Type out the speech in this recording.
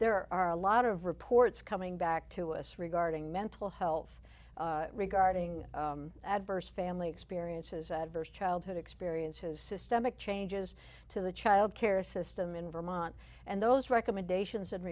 there are a lot of reports coming back to us regarding mental health regarding adverse family experiences adverse childhood experiences systemic changes to the child care system in vermont and those recommendations